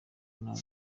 ntara